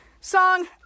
Song